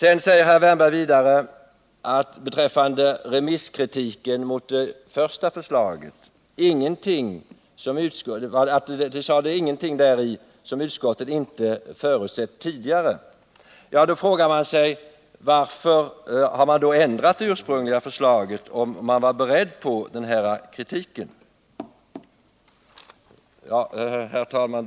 Vidare säger Erik Wärnberg beträffande remisskritiken mot det första förslaget att det inte fanns någonting däri som utskottet inte förutsett tidigare. Varför har man då ändrat det ursprungliga förslaget, om man var beredd på den här kritiken? Herr talman!